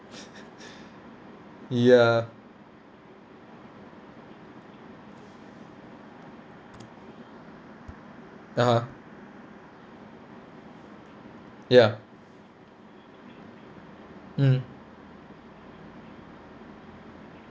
ya (uh huh) ya mm